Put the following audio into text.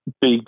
big